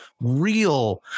real